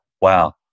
wow